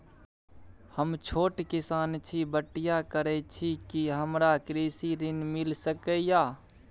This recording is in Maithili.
हम छोट किसान छी, बटईया करे छी कि हमरा कृषि ऋण मिल सके या?